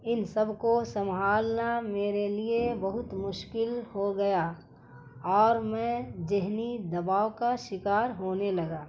ان سب کو سنبھالنا میرے لیے بہت مشکل ہو گیا اور میں ذہنی دباؤ کا شکار ہونے لگا